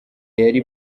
yari